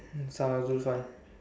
ask uh Zulfan